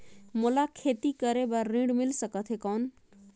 मोला खेती करे बार ऋण मिल सकथे कौन?